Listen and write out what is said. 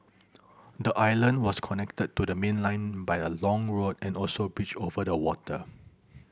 the island was connected to the mainland by a long road and also bridges over the water